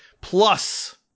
plus